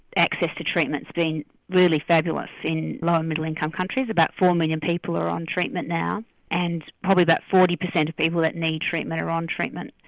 access to treatment has been really fabulous in low and middle income countries. about four million people are on treatment now and probably about forty percent of people that need treatment are on treatment.